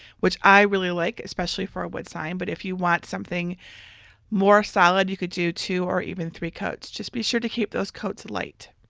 which i really like, especially for a wood sign but if you want something more solid you could do two or even three coats. just be sure to keep those coats light.